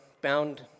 bound